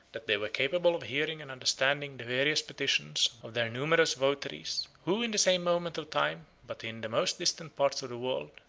that they were capable of hearing and understanding the various petitions of their numerous votaries who, in the same moment of time, but in the most distant parts of the world,